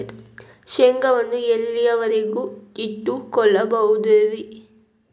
ಶೇಂಗಾವನ್ನು ಎಲ್ಲಿಯವರೆಗೂ ಇಟ್ಟು ಕೊಳ್ಳಬಹುದು ರೇ?